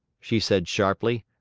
she said sharply.